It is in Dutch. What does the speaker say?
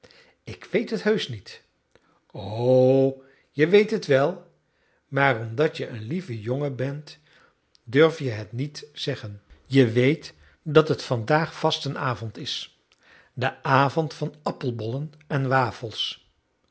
ik weet het heusch niet o je weet het wel maar omdat je een lieve jongen bent durf je het niet zeggen je weet dat het vandaag vastenavond is de avond van de appelbollen en de wafels